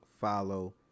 follow